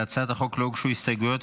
להצעת החוק לא הוגשו הסתייגויות,